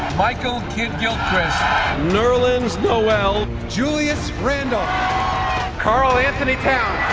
michael kidd-gilchrist nerlens noel julius randle karl-anthony towns